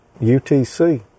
UTC